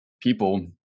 people